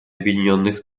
объединенных